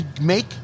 make